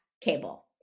cable